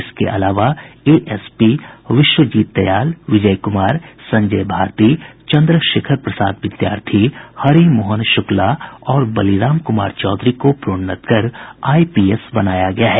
इनके अलावा एएसपी विश्वजीत दयाल विजय कुमार संजय भारती चंद्रशेखर प्रसाद विद्यार्थी हरि मोहन शुक्ला और बलिराम कुमार चौधरी को प्रोन्नत कर आईपीएस बनाया गया है